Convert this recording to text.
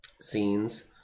scenes